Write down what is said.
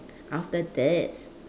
after this